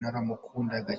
naramukundaga